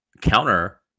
counter